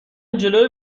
جلو